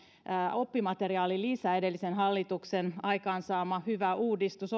oppimateriaalilisä edellisen hallituksen aikaansaama hyvä uudistus